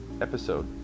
episode